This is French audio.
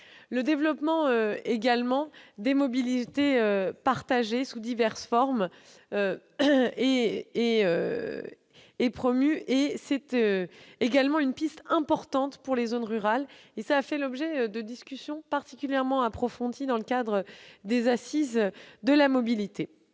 Le développement des mobilités partagées sous diverses formes est également encouragé, car il s'agit d'une piste intéressante pour les zones rurales. Cela a fait l'objet de discussions particulièrement approfondies dans le cadre des assises de la mobilité.